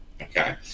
Okay